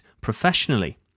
professionally